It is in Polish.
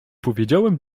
powiedziałem